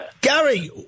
Gary